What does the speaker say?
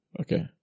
Okay